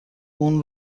اون